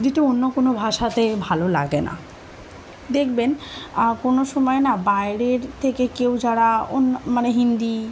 দ্বিতীয় অন্য কোনো ভাষাতে ভালো লাগে না দেখবেন কোনো সময় না বাইরের থেকে কেউ যারা অন্য মানে হিন্দি